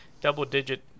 double-digit